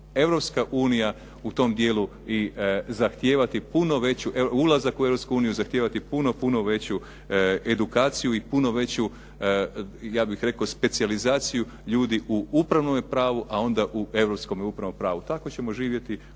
europsko upravno pravo pa upravo će i ulazak u Europsku uniju zahtijevati puno veću edukaciju i puno veću, ja bih rekao, specijalizaciju ljudi u upravnome pravu, a onda u europskome upravnom pravu. Tako ćemo živjeti